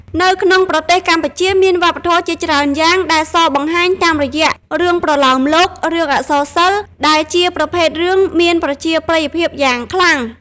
នៅក្នុងប្រទេសកម្ពុជាមានវប្បធម៌ជាច្រើនយ៉ាងដែលសបង្ហាញតាមរយះរឿងប្រលោមលោក រឿងអក្សរសិល្ប៍ ដែលជាប្រភេទរឿងមានប្រជាប្រិយភាពយ៉ាងខ្លាំង។